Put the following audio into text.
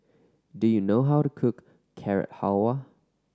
do you know how to cook Carrot Halwa